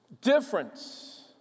difference